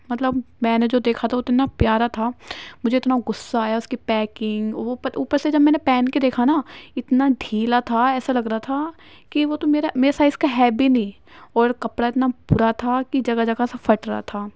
مطلب میں نے جو دیکھا تھا وہ اتنا پیارا تھا مجھے اتنا غصہ آیا اس کی پیکنگ اوپر سے جب میں نے پہن کے دیکھا نا اتنا ڈھیلا تھا ایسا لگ رہا تھا کہ وہ تو میرا میرے سائز کا ہے بھی نہیں اور کپڑا اتنا برا تھا کہ جگہ جگہ سے پھٹ رہا تھا